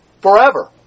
forever